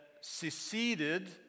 seceded